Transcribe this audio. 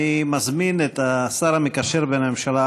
אני מזמין את השר המקשר בין הממשלה